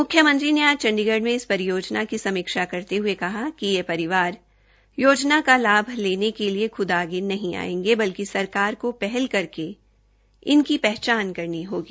मुख्यमंत्री ने आज चंडीगढ़ में इस परियोजना की समीक्षा करते हये कहा कि ये परिवार योजना का लाभ लेने के लिए खुद आगे नहीं आयेंगे बल्कि सरकार को पहल करके इनकी पहचान करनी होगी